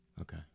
Okay